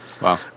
Wow